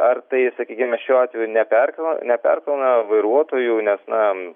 ar tai sakykime šiuo atveju neperkrau neperkrauna vairuotojų nes na